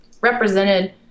represented